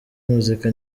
muzika